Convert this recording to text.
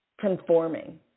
conforming